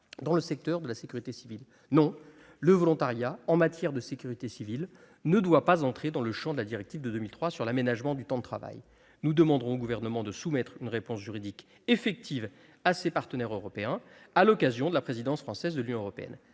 dans le secteur de la sécurité civile. Non, le volontariat en matière de sécurité civile ne doit pas entrer dans le champ de la directive de 2003 sur l'aménagement du temps de travail ! Nous demanderons au Gouvernement de soumettre une réponse juridique effective à ses partenaires européens, à l'occasion de la présidence française de l'Union européenne.